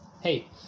Hey